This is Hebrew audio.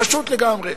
פשוט לגמרי.